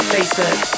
Facebook